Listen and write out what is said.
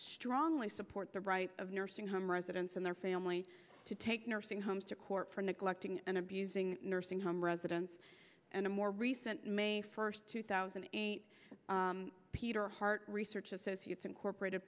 strongly support the right of nursing home residents and their family to take nursing homes to court for neglecting and abusing nursing home residents and a more recent may first two thousand and eight peter hart research associates incorporate